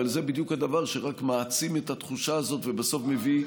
אבל זה בדיוק הדבר שרק מעצים את התחושה הזו ובסוף מביא,